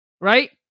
Right